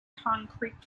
concrete